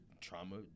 trauma